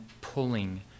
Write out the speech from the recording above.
pulling